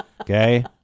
okay